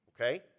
Okay